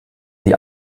die